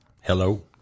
Hello